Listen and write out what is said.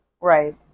Right